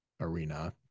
arena